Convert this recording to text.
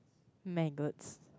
maggots